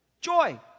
Joy